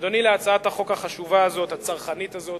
אדוני, להצעת החוק החשובה הזאת, הצרכנית הזאת,